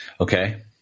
Okay